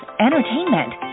entertainment